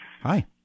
Hi